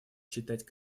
считать